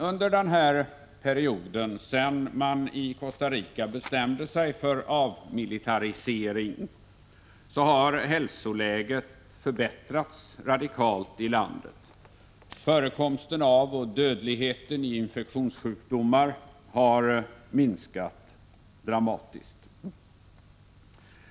Under den här perioden — sedan man i Costa Rica bestämde sig för avmilitarisering — har hälsoläget förbättrats radikalt i landet. Förekomsten av och dödligheten i infektionssjukdomar har minskat dramatiskt.